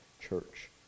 church